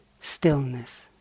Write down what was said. stillness